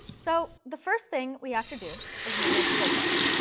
so the first thing we have to do is manage focus.